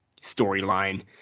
storyline